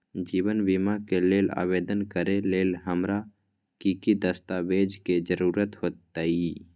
जीवन बीमा के लेल आवेदन करे लेल हमरा की की दस्तावेज के जरूरत होतई?